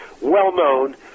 well-known